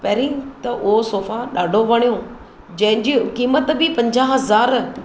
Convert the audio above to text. पहिरीं त उहो सोफ़ा ॾाढो वणियो जंहिंजी क़ीमत बि पंज़ाह हज़ार